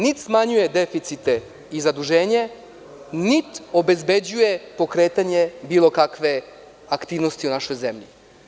Niti smanjuje deficite i zaduženje, niti obezbeđuje pokretanje bilo kakve aktivnosti u našoj zemlji.